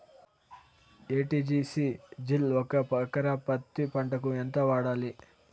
ఎ.టి.జి.సి జిల్ ఒక ఎకరా పత్తి పంటకు ఎంత వాడాలి?